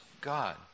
God